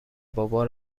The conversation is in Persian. بابا